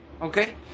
Okay